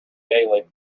daily